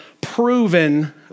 proven